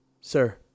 Sir